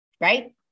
right